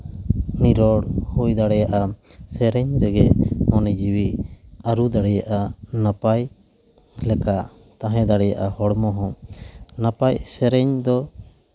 ᱱᱤᱨᱚᱲ ᱦᱩᱭ ᱫᱟᱲᱮᱭᱟᱜᱼᱟ ᱥᱮᱨᱮᱧ ᱨᱮᱜᱮ ᱢᱚᱱᱮ ᱡᱤᱣᱤ ᱟᱹᱨᱩ ᱫᱟᱲᱮᱭᱟᱜᱼᱟ ᱱᱟᱯᱟᱭ ᱞᱮᱠᱟ ᱛᱟᱦᱮᱸ ᱫᱟᱲᱮᱭᱟᱜᱼᱟ ᱦᱚᱲᱢᱚ ᱦᱚᱸ ᱱᱟᱯᱟᱭ ᱥᱮᱨᱮᱧ ᱫᱚ